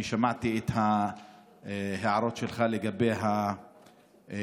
אני שמעתי את ההערות שלך לגבי האופן,